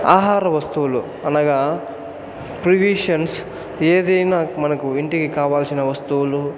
ఆహార వస్తువులు అనగా ప్రొవిషన్స్ ఏదైనా మనకు ఇంటికి కావాల్సిన వస్తువులు